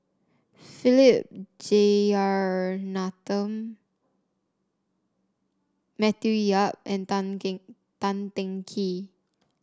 Philip Jeyaretnam Matthew Yap and Tan King Tan Teng Kee